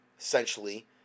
essentially